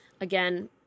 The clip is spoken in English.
Again